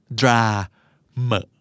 drama